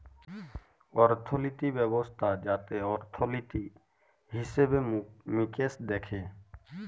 অর্থলিতি ব্যবস্থা যাতে অর্থলিতি, হিসেবে মিকেশ দ্যাখে